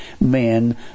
men